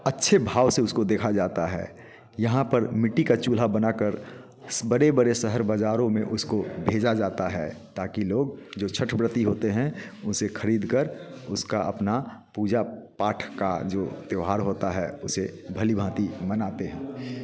अच्छे भाव से उसको देखा जाता है यहाँ पर मिट्टी का चूल्हा बनाकर बड़े बड़े शहर बाजारों में उसको भेजा जाता है ताकि लोग जो छठव्रती होते हैं उसे खरीद कर उसका अपना पूजा पाठ का जो त्यौहार होता है उसे भली भांति मनाते हैं